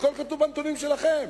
הכול כתוב בנתונים שלכם.